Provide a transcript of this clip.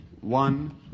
one